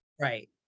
Right